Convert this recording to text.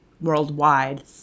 worldwide